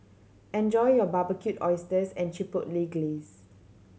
enjoy your Barbecued Oysters and Chipotle Glaze